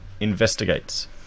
investigates